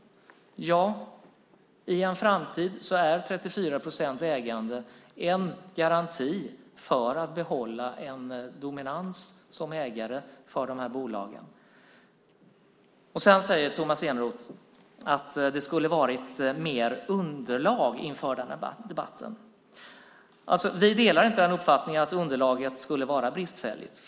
Ja, i en framtid är 34 procents ägande en garanti för att behålla en dominans som ägare för bolagen. Tomas Eneroth säger att det skulle ha varit mer underlag inför debatten. Vi delar inte uppfattningen att underlaget skulle vara bristfälligt.